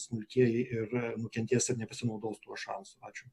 smulkieji ir nukentės ir nepasinaudos tuo šansu ačiū